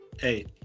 hey